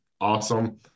awesome